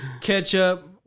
ketchup